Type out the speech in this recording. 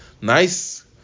nice